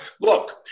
look